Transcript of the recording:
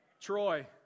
Troy